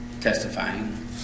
testifying